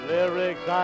Lyrics